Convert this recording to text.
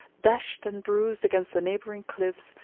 dashed and bruised against the neighboring cliffs,